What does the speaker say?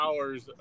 hours